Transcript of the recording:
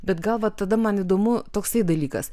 bet gal va tada man įdomu toksai dalykas